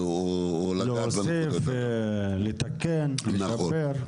להוסיף, לתקן, לשפר.